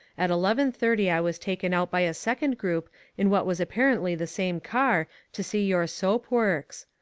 at eleven-thirty i was taken out by a second group in what was apparently the same car to see your soap works.